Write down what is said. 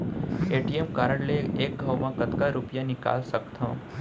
ATM card ले एक घव म कतका रुपिया निकाल सकथव?